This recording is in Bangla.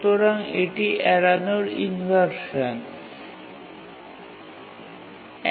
সুতরাং এই ইনভারসানটি পরিস্থিতিটি এড়ানোর জন্য ব্যবহৃত হয়